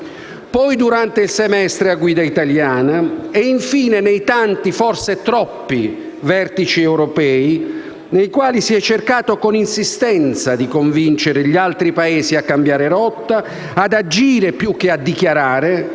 poi durante il semestre europeo a guida italiana e, infine, nei tanti, forse troppi vertici europei in cui si è cercato di convincere con insistenza gli altri Paesi a cambiare rotta, ad agire più che a dichiarare